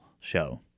show